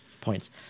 points